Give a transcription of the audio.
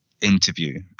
interview